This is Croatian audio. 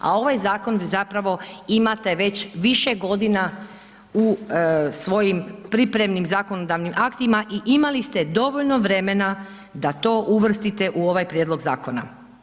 A ovaj zakon zapravo imate već više godina u svojim pripremnim zakonodavnim aktima i imali ste dovoljno vremena da to uvrstite u ovaj prijedlog zakona.